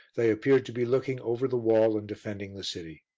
they appeared to be looking over the wall and defending the city.